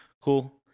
cool